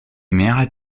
mehrheit